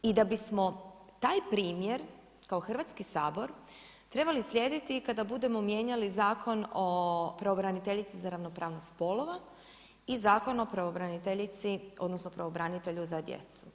I da bismo taj primjer kao Hrvatski sabor, trebali slijediti i kada budemo mijenjali Zakon o pravobraniteljici za ravnopravnost spolova i Zakon o pravobraniteljici, odnosno, pravobranitelju za djecu.